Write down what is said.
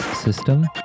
system